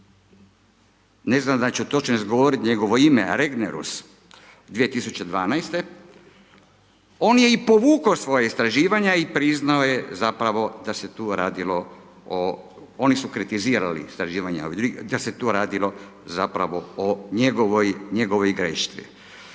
ne znam dal ću točno izgovoriti njegovo ime Regnerus 2012.-te, on je i povukao svoje istraživanja i priznao je zapravo da se tu radilo o, oni su kritizirali istraživanja, gdje se tu radilo zapravo o njegovoj grešci.